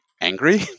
angry